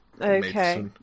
Okay